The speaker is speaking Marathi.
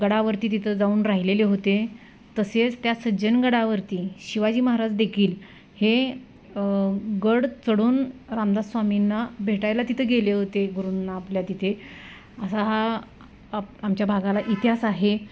गडावरती तिथं जाऊन राहिलेले होते तसेच त्या सज्जनगडावरती शिवाजी महाराज देखील हे गड चढून रामदास स्वामींना भेटायला तिथं गेले होते गुरुंना आपल्या तिथे असा हा आप आमच्या भागाला इतिहास आहे